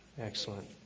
Excellent